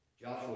Joshua